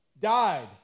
died